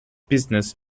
business